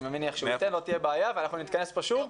מניח שהוא ייתן אותה ואנחנו נתכנס כאן שוב.